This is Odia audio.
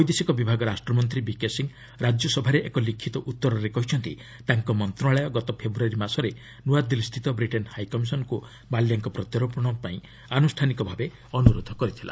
ବୈଦେଶିକ ବିଭାଗ ରାଷ୍ଟ୍ରମନ୍ତ୍ରୀ ବିକେ ସିଂ ରାଜ୍ୟସଭାରେ ଏକ ଲିଖିତ ଉତ୍ତରରେ କହିଛନ୍ତି ତାଙ୍କ ମନ୍ତ୍ରଣାଳୟ ଗତ ଫେବୃୟାରୀ ମାସରେ ନୂଆଦିଲ୍ଲୀସ୍ଥିତ ବ୍ରିଟେନ୍ ହାଇ କମିଶନ୍ଙ୍କୁ ମାଲ୍ୟାଙ୍କ ପ୍ରତ୍ୟର୍ପଣପାଇଁ ଆନୁଷ୍ଠାନିକ ଭାବେ ଅନୁରୋଧ କରିଥିଲା